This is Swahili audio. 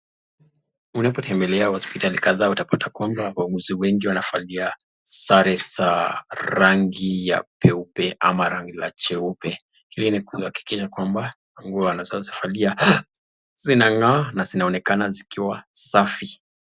Unapotembelea hospitali kadhaa, utapata kwamba wauguzi wengi, wanavalia sare za rangi ya peupe ama rangi la jeupe. Hilo ni kuhakikisha kwamba, nguo wanazozivalia, zinang'aa na zinaonekana zikiwa safi.